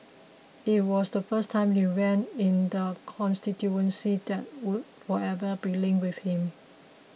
it was the first time he ran in the constituency that would forever be linked with him